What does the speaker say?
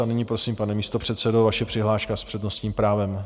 A nyní prosím, pane místopředsedo, vaše přihláška s přednostním právem.